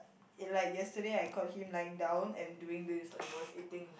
it like yesterday I caught him lying down and doing this like he was eating